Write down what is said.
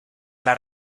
las